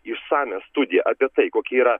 išsamią studiją apie tai kokia yra